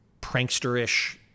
pranksterish